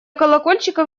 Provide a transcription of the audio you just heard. колокольчиков